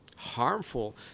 harmful